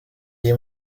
iyi